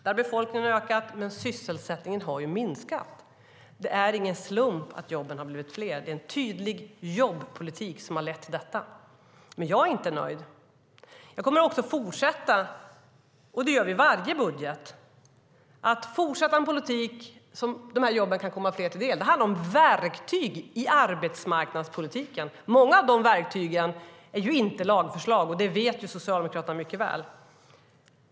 Där har befolkningen ökat, men sysselsättningen har minskat. Det är ingen slump att jobben i Sverige blivit fler. Det är en tydlig jobbpolitik som lett till det. Men jag är inte nöjd. Jag kommer att fortsätta - det gör vi i varje budget - att driva en politik så att jobben kommer fler till del. Det handlar om verktyg i arbetsmarknadspolitiken. Många av de verktygen är inte lagförslag. Det vet Socialdemokraterna mycket väl.